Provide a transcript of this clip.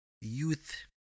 youth